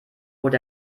bot